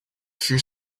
few